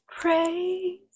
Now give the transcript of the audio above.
praise